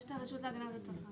נמצא פה מישהו מהרשות להגנת הצרכן?